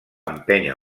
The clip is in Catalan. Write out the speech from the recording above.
empènyer